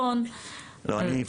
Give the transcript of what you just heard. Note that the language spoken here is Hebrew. הדיון הזה היה במרץ.